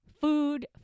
food